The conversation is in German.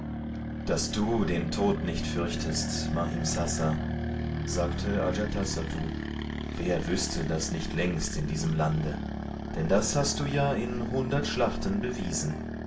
daß du den tod nicht fürchtest mahimsasa sagte ajatasattu wer wüßte das nicht längst in diesem lande denn das hast du ja in hundert schlachten bewiesen